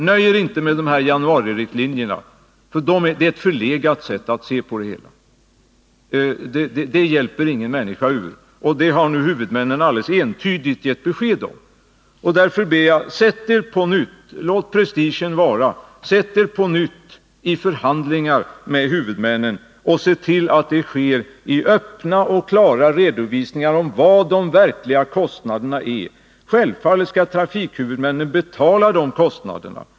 Nöj er inte med januaririktlinjerna, för de betecknar ett förlegat sätt att se på det hela. Det hjälper ingen människa. Huvudmännen har också alldeles entydigt 33 gett besked på denna punkt. Låt prestigen vara och sätt er på nytt i förhandlingar med huvudmännen och se till att det sker så, att vi får öppna och klara redovisningar av de verkliga kostnaderna. Självfallet skall trafikhuvudmännen betala dessa kostnader.